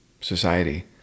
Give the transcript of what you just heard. society